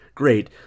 Great